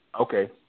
Okay